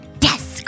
Yes